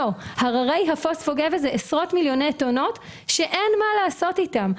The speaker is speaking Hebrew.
הררי הפוספו גבס זה עשרות-מיליוני טונות שאין מה לעשות איתם.